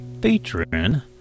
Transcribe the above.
featuring